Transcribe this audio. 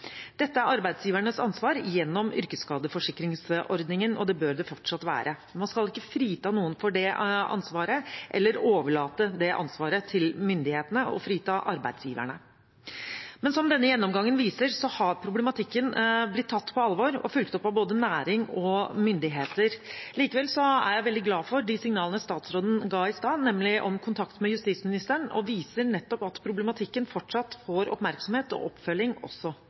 Dette er arbeidsgivernes ansvar gjennom yrkesskadeforsikringsordningen, og det bør det fortsatt være. Man skal ikke frita noen for det ansvaret eller overlate det ansvaret til myndighetene og frita arbeidsgiverne. Som denne gjennomgangen viser, har problematikken blitt tatt på alvor og fulgt opp av både næring og myndigheter. Likevel er jeg veldig glad for de signalene statsråden ga i stad, nemlig om kontakt med justisministeren. Det viser at problematikken fortsatt får oppmerksomhet og oppfølging også